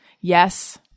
Yes